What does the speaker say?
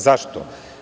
Zašto?